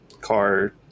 car